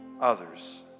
others